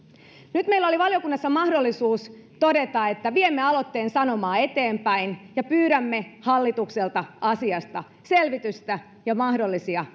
nyt meillä oli valiokunnassa mahdollisuus todeta että viemme aloitteen sanomaa eteenpäin ja pyydämme hallitukselta asiasta selvitystä ja mahdollisia